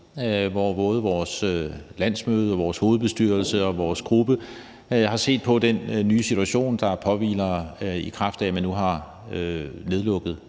hvor både vores landsmøde, vores hovedbestyrelse og vores gruppe har set på den nye situation, der er, i kraft af at man nu har nedlukket